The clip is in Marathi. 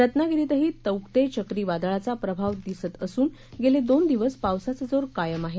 रत्नागिरीतही तौके चक्रीवादळाचा प्रभाव दिसत असून गेले दोन दिवस पावसाचा जोर कायम आहे